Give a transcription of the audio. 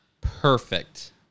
perfect